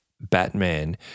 Batman